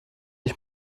ich